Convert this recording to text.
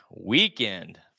weekend